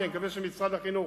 אני מקווה שמשרד החינוך